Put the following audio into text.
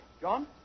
John